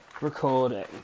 recording